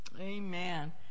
Amen